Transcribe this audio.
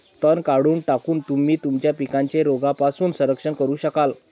तण काढून टाकून, तुम्ही तुमच्या पिकांचे रोगांपासून संरक्षण करू शकाल